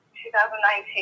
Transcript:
2019